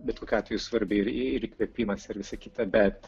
bet kokiu atveju svarbi ir ir įkvėpimas ir visa kita bet